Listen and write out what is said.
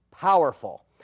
powerful